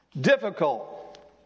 Difficult